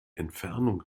entfernung